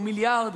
או מיליארד,